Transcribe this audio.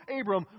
Abram